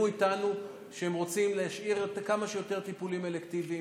איתנו שהם רוצים להשאיר כמה שיותר טיפולים אלקטיביים,